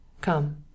Come